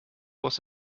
was